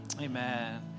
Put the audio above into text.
Amen